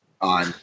on